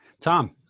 Tom